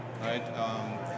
right